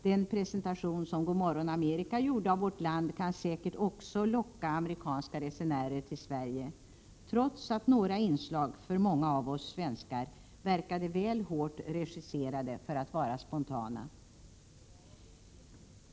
Den presentation som God morgon Amerika gjorde av vårt land kan säkert också locka amerikanska resenärer till Sverige, trots att några inslag för många av oss svenskar verkade väl hårt regisserade för att vara spontana.